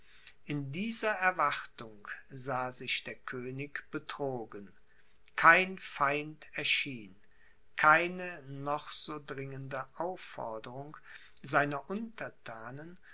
in dieser erwartung sah sich der könig betrogen kein feind erschien keine noch so dringende aufforderung seiner unterthanen